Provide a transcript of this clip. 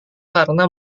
karena